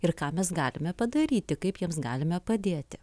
ir ką mes galime padaryti kaip jiems galime padėti